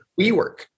WeWork